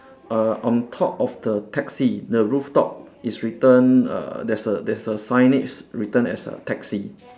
err on top of the taxi the rooftop it's written uh there's a there's a signage written as a taxi